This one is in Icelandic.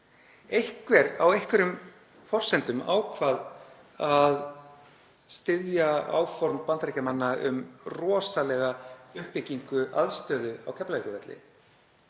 Einhver, á einhverjum forsendum, ákvað að styðja áform Bandaríkjamanna um rosalega uppbyggingu aðstöðu á Keflavíkurvelli.